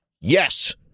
yes